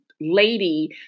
lady